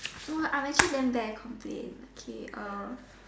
I'm actually damn bad at complaint okay